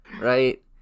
right